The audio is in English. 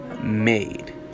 Made